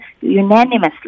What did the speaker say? unanimously